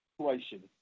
situation